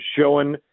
showing